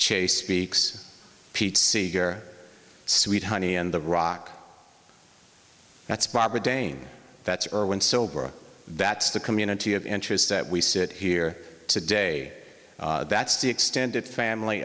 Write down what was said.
chase speaks pete seeger sweet honey in the rock that's barbara dane that's irwin so that's the community of interests that we sit here today that's the extended family